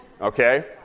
okay